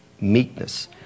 meekness